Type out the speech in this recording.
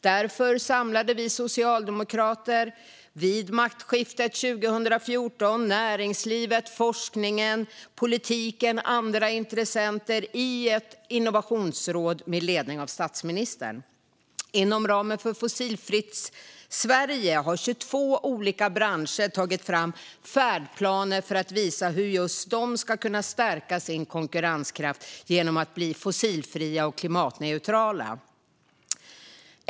Därför samlade vi socialdemokrater vid maktskiftet 2014 näringslivet, forskningen, politiken och andra intressenter i ett innovationsråd under ledning av statsministern. Inom ramen för Fossilfritt Sverige har 22 olika branscher tagit fram färdplaner för att visa hur just de ska kunna stärka sin konkurrenskraft genom att bli fossilfria eller klimatneutrala.